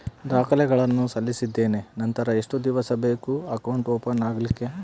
ದಾಖಲೆಗಳನ್ನು ಸಲ್ಲಿಸಿದ್ದೇನೆ ನಂತರ ಎಷ್ಟು ದಿವಸ ಬೇಕು ಅಕೌಂಟ್ ಓಪನ್ ಆಗಲಿಕ್ಕೆ?